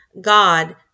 God